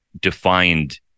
defined